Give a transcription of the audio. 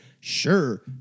Sure